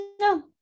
No